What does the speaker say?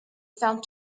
found